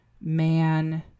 man